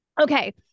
Okay